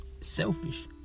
selfish